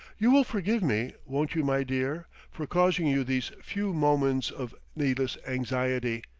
you will forgive me won't you, my dear for causing you these few moments of needless anxiety?